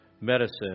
medicine